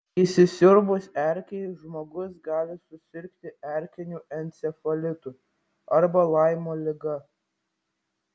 įsisiurbus erkei žmogus gali susirgti erkiniu encefalitu arba laimo liga